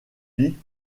lee